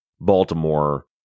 Baltimore